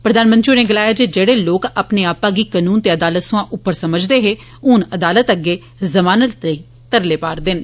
प्रधानमंत्री होरें गलाया जे जेड़े लोक अपने आपा गी कनून ते अदालत सोया उप्पर समझदे हे ह्ंन अदालतै अग्गै जमानत लेई तरले पा रदे न